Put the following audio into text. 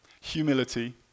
humility